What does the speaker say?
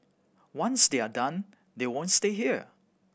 once they are done they won't stay here